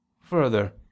further